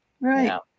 Right